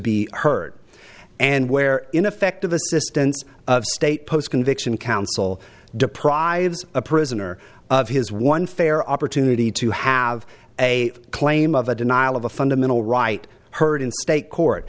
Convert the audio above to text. be heard and where ineffective assistance of state post conviction counsel deprives a prisoner of his one fair opportunity to have a claim of a denial of a fundamental right heard in state court